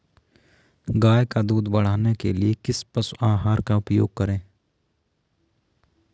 गाय का दूध बढ़ाने के लिए किस पशु आहार का उपयोग करें?